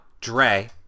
Dre